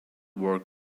work